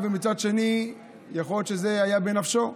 ומצד שני יכול להיות שזה היה בנפשו.